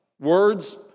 words